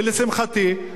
ולשמחתי,